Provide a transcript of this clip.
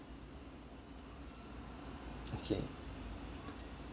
okay